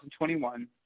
2021